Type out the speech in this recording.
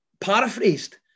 paraphrased